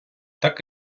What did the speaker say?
так